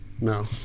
No